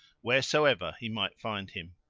wheresoever he might find him.